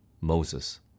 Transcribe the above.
Moses